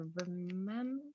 remember